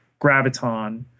Graviton